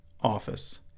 office